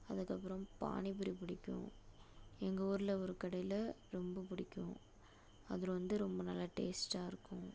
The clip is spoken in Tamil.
அதுக்கப்புறம் பாணிபூரி பிடிக்கும் எங்கள் ஊர்ல ஒரு கடையில் ரொம்ப பிடிக்கும் அதில் வந்து ரொம்ப நல்லா டேஸ்ட்டாக இருக்கும்